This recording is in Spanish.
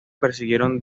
persiguieron